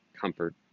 comfort